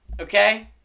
okay